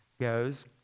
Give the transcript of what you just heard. goes